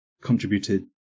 contributed